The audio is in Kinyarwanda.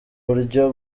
buryo